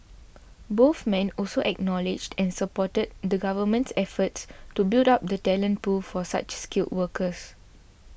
both men also acknowledged and supported the Government's efforts to build up the talent pool for such skilled workers